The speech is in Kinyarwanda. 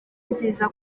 nziza